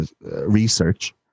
research